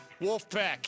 Wolfpack